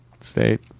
state